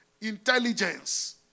Intelligence